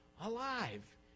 alive